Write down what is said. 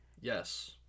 Yes